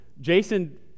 Jason